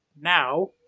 now